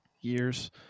years